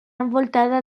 envoltada